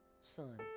son